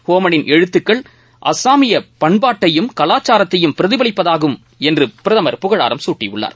ஹோமனின் எழுத்துக்கள் அஸ்ஸாமிய பண்பாட்டையும் கலாச்சாரத்தையும் பிரதிபலிப்பதாகும் என பிரதமர் புகழாரம் சூட்டியுள்ளார்